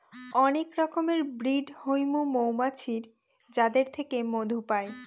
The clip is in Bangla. অনেক রকমের ব্রিড হৈমু মৌমাছির যাদের থেকে মধু পাই